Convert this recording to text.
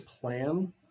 plan